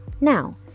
Now